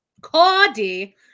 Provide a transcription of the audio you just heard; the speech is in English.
Cody